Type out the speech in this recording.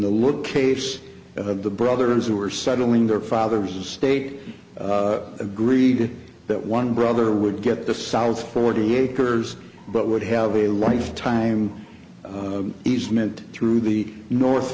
little case of the brothers who are settling their father's estate agreed that one brother would get the south forty acres but would have a lifetime easement through the north